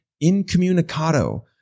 incommunicado